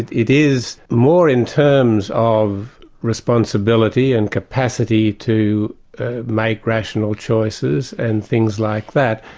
it it is more in terms of responsibility and capacity to make rational choices and things like that.